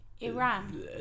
iran